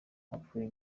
apfuye